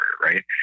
right